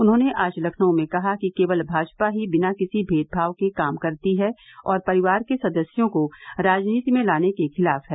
उन्होंने आज लखनऊ में कहा कि केवल भाजपा ही बिना किसी भेदभाव के काम करती है और परिवार के सदस्यों को राजनीति में लाने के खिलाफ है